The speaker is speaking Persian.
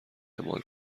اعمال